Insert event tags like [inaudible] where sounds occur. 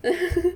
[laughs]